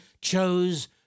chose